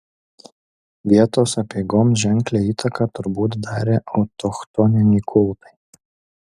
vietos apeigoms ženklią įtaką turbūt darė autochtoniniai kultai